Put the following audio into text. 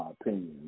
opinion